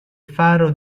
faro